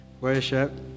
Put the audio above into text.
worship